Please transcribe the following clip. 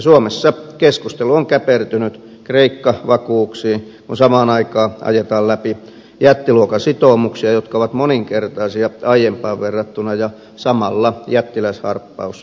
suomessa keskustelu on käpertynyt kreikka vakuuksiin kun samaan aikaan ajetaan läpi jättiluokan sitoumuksia jotka ovat moninkertaisia aiempaan verrattuna ja samalla jättiläisharppaus liittovaltion suuntaan